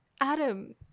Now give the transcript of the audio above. adam